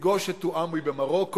לפגוש את תוהמי במרוקו,